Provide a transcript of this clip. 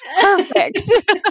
perfect